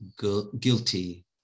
guilty